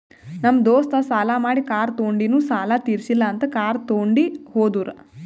ನಮ್ ದೋಸ್ತ ಸಾಲಾ ಮಾಡಿ ಕಾರ್ ತೊಂಡಿನು ಸಾಲಾ ತಿರ್ಸಿಲ್ಲ ಅಂತ್ ಕಾರ್ ತೊಂಡಿ ಹೋದುರ್